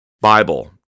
Bible